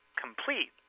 complete